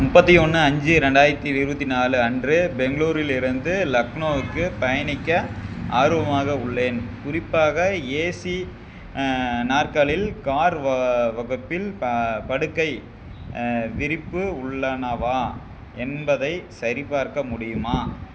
முப்பத்தி ஒன்று அஞ்சு ரெண்டாயிரத்தி இருபத்தி நாலு அன்று பெங்களூரிலிருந்து லக்னோவுக்கு பயணிக்க ஆர்வமாக உள்ளேன் குறிப்பாக ஏசி நாற்காலில் கார் வ வகுப்பில் ப படுக்கை விரிப்பு உள்ளனவா என்பதைச் சரிபார்க்க முடியுமா